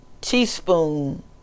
teaspoon